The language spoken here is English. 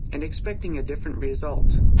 and expecting a different result.